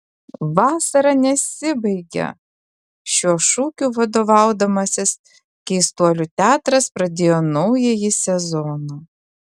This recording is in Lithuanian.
vasara nesibaigia šiuo šūkiu vadovaudamasis keistuolių teatras pradėjo naująjį sezoną